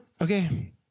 okay